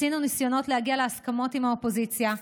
עשינו ניסיונות להגיע להסכמות עם האופוזיציה,